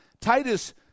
Titus